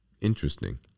interesting